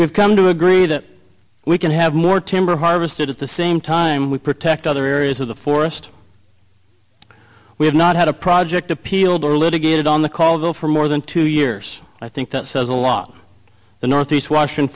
we've come to agree that we can have more timber harvested at the same time we protect other areas of the forest we have not had a project appealed or litigated on the call though for more than two years i think that says a lot of the northeast